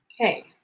Okay